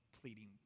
pleading